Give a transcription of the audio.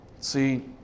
See